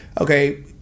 okay